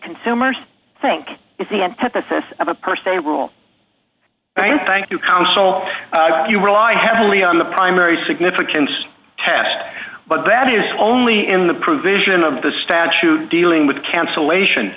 consumers think is the antithesis of a per se rule thank you counsel you rely heavily on the primary significance test but that is only in the provision of the statute dealing with cancellation